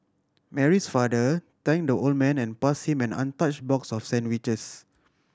Mary's father thank the old man and pass him an untouch box of sandwiches